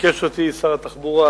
ביקש ממני שר התחבורה